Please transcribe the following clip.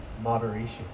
moderation